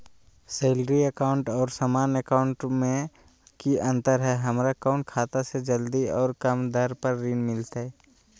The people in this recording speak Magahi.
सैलरी अकाउंट और सामान्य अकाउंट मे की अंतर है हमरा कौन खाता से जल्दी और कम दर पर ऋण मिलतय?